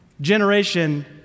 generation